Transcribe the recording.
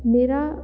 ਮੇਰਾ